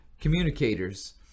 communicators